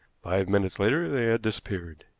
five minutes later they had disappeared.